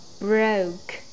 broke